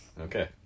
Okay